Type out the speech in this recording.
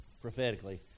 prophetically